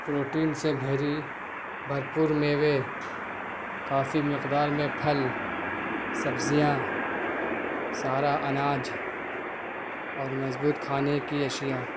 protein سے بھری بھرپور میوے کافی مقدار میں پھل سبزیاں سارا اناج اور مضبوط کھانے کی اشیاء